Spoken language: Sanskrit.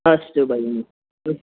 अस्तु भगिनि